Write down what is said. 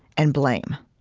and blame.